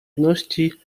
jemności